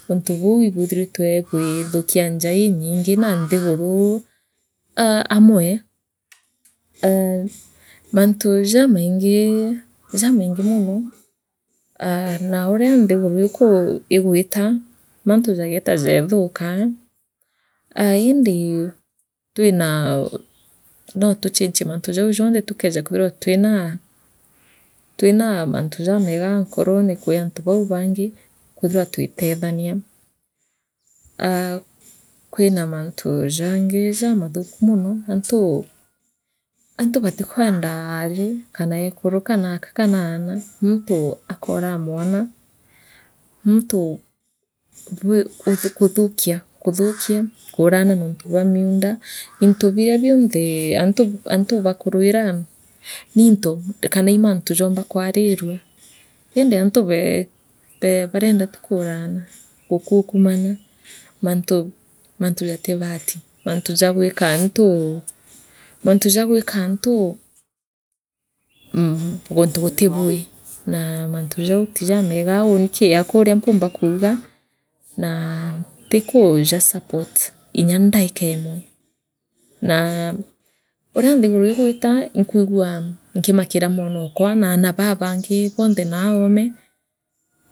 Untu buu ibwithiritwa bwithukia njaa inyingi na nthiguru aa amwe aa mantu jamaingi jamaingi mono aa na uria nthiguru ikuu igwita mantu jageetaa jeethukaa aa indi twinaa nootu chi nchie mantu jau jonthe tukeeja kwithirwa twinaa twinaa mantu jameega nkorore kwi antu bau bangi kwithirwa twitethania aa kwina mantu jangi jamathuku mono antu antu batikwenda aari kaneekuru kanaa aka kana aona muntu akoraa mwana muntu bwi ukuthukia kuthukia kuurana niuntu bwa miunda into biria bionthee antu bakuruira niinto kana ii mantu joomba kwaarirua indi antu bee barienda tu kuuraana gukukumana mantu jati baati mantu jaagwikaanthi mantu jaagwikaanthi mmh guntu gutibui mmh naa mantu jau tijameega uuni kiakwa uria mpumba kuuga naa ntikuu jasupport inya ndaika imwe naa uria nthiguruigwita inkwigua nkimakira mwano kwa na aana baa bangi bonthe naaome.